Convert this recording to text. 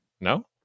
no